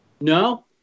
No